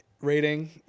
rating